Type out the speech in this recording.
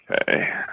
Okay